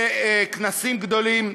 לכנסים גדולים.